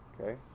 Okay